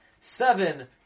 Seven